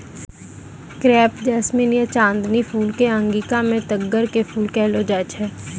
crepe jasmine या चांदनी फूल कॅ अंगिका मॅ तग्गड़ के फूल कहलो जाय छै